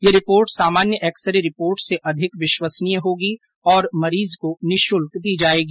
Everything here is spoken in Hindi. यह रिपोर्ट सामान्य एक्सरे रिपोर्ट से अधिक विश्वसनीय होगी और मरीज को निःशुल्क दी जाएगी